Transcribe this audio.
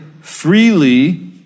freely